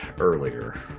earlier